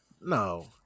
No